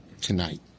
tonight